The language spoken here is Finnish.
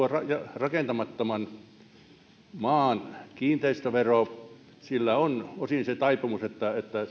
rakentamattoman maan kiinteistövero sillä on osin se taipumus että